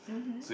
mmhmm